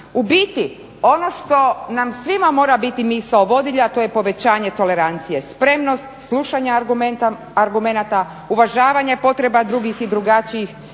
U biti ono što nam svima mora biti misao vodilja, a to je povećanje tolerancije, spremnost slušanja argumenata, uvažavanje potreba drugih i drugačijih